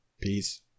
Peace